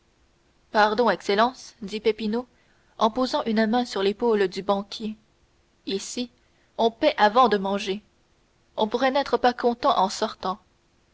excellence dit peppino en posant une main sur l'épaule du banquier ici on paie avant de manger on pourrait n'être pas content en sortant